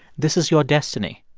this is your destiny.